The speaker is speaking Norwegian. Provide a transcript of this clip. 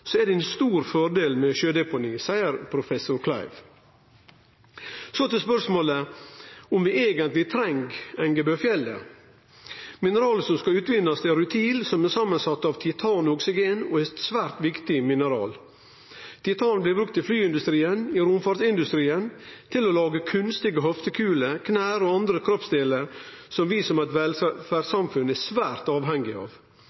er det en stor fordel med sjødeponi, sier Rolf Arne Kleiv.» Så til spørsmålet om vi eigentleg treng drifta i Engebøfjellet. Mineralet som skal utvinnast, er rutil, som er samansett av titan og oksygen, og er eit svært viktig mineral. Titan blir brukt i flyindustrien, i romfartsindustrien, til å lage kunstige hoftekular, kne og andre kroppsdelar som vi som eit velferdssamfunn er svært avhengige av.